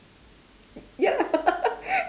ya lah